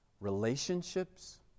relationships